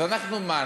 אז אנחנו מה,